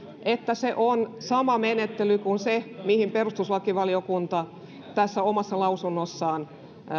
että se on sama menettely kuin se mihin perustuslakivaliokunta tässä omassa lausunnossaan